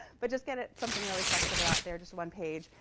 but just get it something really flexible out there just one page.